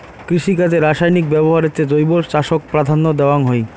কৃষিকাজে রাসায়নিক ব্যবহারের চেয়ে জৈব চাষক প্রাধান্য দেওয়াং হই